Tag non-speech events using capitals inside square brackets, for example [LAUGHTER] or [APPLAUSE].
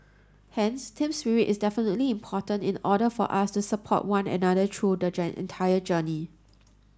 hence team spirit is definitely important in order for us to support one another through the [UNINTELLIGIBLE] entire journey